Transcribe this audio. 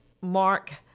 Mark